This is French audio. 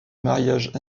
mariage